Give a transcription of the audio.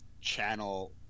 channel